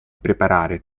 preparare